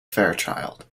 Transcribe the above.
fairchild